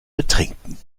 betrinken